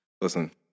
listen